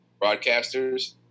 broadcasters